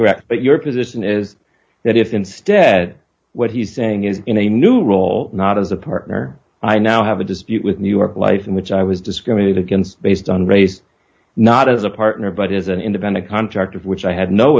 correct but your position is that if instead what he's saying is in a new role not as a partner i now have a dispute with new york life in which i was discriminated against based on race not as a partner but as an independent contractor of which i had no